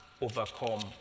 overcome